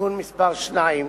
(תיקון מס' 2)